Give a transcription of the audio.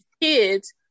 kids